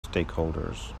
stakeholders